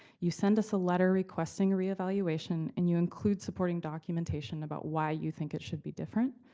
you send us a letter requesting a re-evaluation, and you include supporting documentation about why you think it should be different,